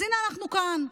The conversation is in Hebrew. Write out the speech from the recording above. אז הינה, אנחנו כאן.